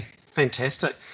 fantastic